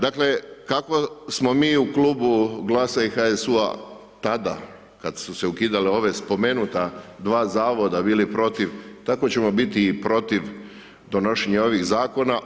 Dakle, kako smo mi u klubu GLAS-a i HSU-a tada kad su se ukidala ova spomenuta dva zavoda bili protiv, tako ćemo biti i protiv donošenja ovih zakona.